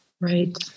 Right